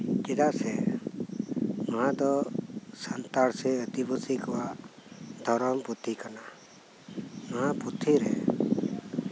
ᱪᱮᱫᱟᱜ ᱥᱮ ᱱᱚᱶᱟ ᱫᱚ ᱥᱟᱱᱛᱟᱲ ᱥᱮ ᱟᱹᱫᱤᱵᱟᱹᱥᱤ ᱠᱚᱣᱟᱜ ᱫᱷᱚᱨᱚᱢ ᱯᱩᱛᱷᱤ ᱠᱟᱱᱟ ᱱᱚᱶᱟ ᱯᱩᱛᱷᱤ ᱨᱮ